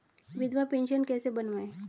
विधवा पेंशन कैसे बनवायें?